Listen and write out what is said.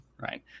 Right